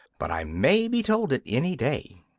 but i may be told it any day.